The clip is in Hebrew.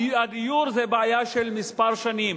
הדיור זה בעיה של כמה שנים.